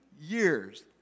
years